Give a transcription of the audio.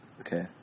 Okay